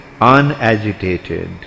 unagitated